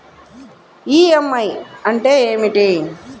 EMI అంటే ఏమిటి?